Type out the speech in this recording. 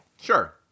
Sure